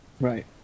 Right